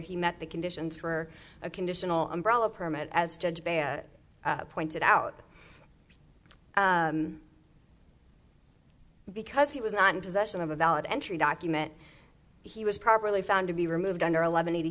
he met the conditions for a conditional umbrella permit as judge ban pointed out because he was not in possession of a valid entry document he was properly found to be removed under eleven eighty